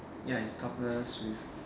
ya is topless with